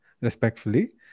respectfully